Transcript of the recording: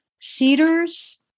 Cedars